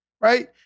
right